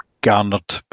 garnered